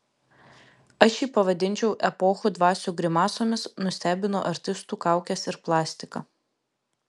aš jį pavadinčiau epochų dvasių grimasomis nustebino artistų kaukės ir plastika